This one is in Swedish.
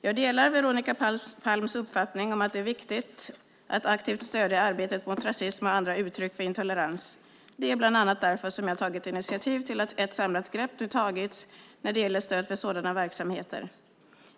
Jag delar Veronica Palms uppfattning att det är viktigt att aktivt stödja arbetet mot rasism och andra uttryck för intolerans. Det är bland annat därför som jag har tagit initiativ till att ett samlat grepp nu har tagits när det gäller stöd för sådana verksamheter.